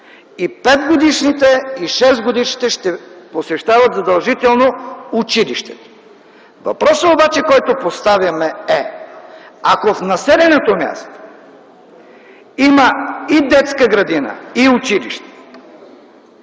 и 5-годишните, и 6-годишните ще посещават задължително училището. Въпросът, който поставяме, е: ако в населеното място има и детска градина, и училище,